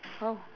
oh